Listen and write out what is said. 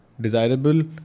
desirable